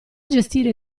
gestire